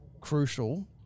crucial